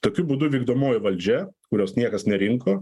tokiu būdu vykdomoji valdžia kurios niekas nerinko